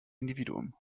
individuum